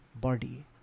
body